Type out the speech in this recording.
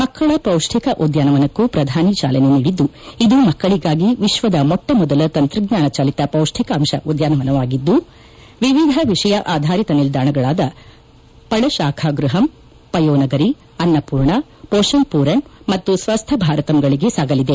ಮಕ್ಕಳ ಪೌಷ್ಷಿಕ ಉದ್ಯಾನವನಕ್ಕೂ ಪ್ರಧಾನಿ ಚಾಲನೆ ನೀಡಿದ್ದು ಇದು ಮಕ್ಕಳಿಗಾಗಿ ವಿಶ್ವದ ಮೊಟ್ಟಮೊದಲ ತಂತ್ರಜ್ಞಾನ ಚಾಲಿತ ಪೌಷ್ಟಿಕಾಂತ ಉದ್ಯಾನವನವಾಗಿದ್ದು ವಿವಿಧ ವಿಷಯ ಆಧಾರಿತ ನಿಲ್ದಾಣಗಳಾದ ಫಳಶಾಖಾ ಗೃಹಂ ಪಯೋನಗರಿ ಅನ್ನಪೂರ್ಣ ಪೋಷಣ್ ಪುರಣ್ ಮತ್ತು ಸ್ವಸ್ತ ಭಾರತಂಗಳಿಗೆ ಸಾಗಲಿದೆ